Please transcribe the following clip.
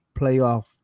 playoff